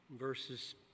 verses